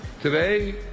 Today